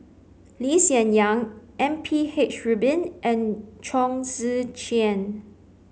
Lee Hsien Yang M P H Rubin and Chong Tze Chien